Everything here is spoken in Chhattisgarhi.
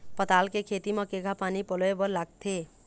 पताल के खेती म केघा पानी पलोए बर लागथे?